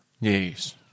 Yes